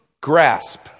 grasp